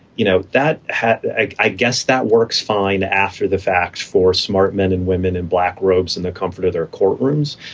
you know, that had i guess that works fine after the fact. for smart men and women in black robes in the comfort of their courtrooms.